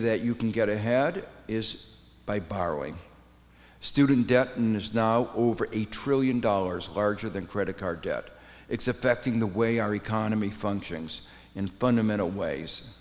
that you can get ahead is by borrowing student debt an is now over a trillion dollars larger than credit card debt it's affecting the way our economy functions in fundamental ways